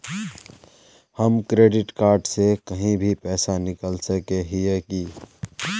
हम credit card से कहीं भी पैसा निकल सके हिये की?